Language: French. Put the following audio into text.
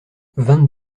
vingt